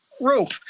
rope